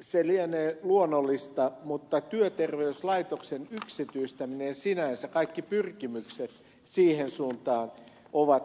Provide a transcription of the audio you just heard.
se lienee luonnollista mutta työterveyslaitoksen yksityistäminen sinänsä kaikki pyrkimykset siihen suuntaan on todella